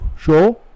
Sure